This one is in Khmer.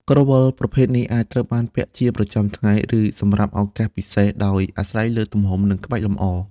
ក្រវិលប្រភេទនេះអាចត្រូវបានពាក់ជាប្រចាំថ្ងៃ ឬសម្រាប់ឱកាសពិសេស ដោយអាស្រ័យលើទំហំ និងក្បាច់លម្អ។